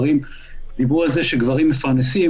דיברו על כך שגברים מפרנסים,